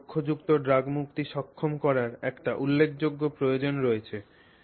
সুতরাং লক্ষ্যযুক্ত ড্রাগ মুক্তি সক্ষম করার একটি উল্লেখযোগ্য প্রয়োজন রয়েছে